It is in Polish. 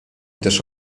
też